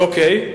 אוקיי.